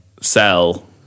sell